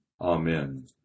Amen